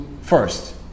first